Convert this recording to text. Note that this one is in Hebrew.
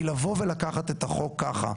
כי לבוא ולקחת את החוק ככה,